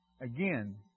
Again